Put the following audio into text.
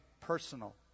personal